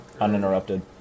Uninterrupted